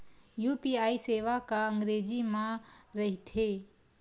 UPI सेवा का अंग्रेजी मा रहीथे?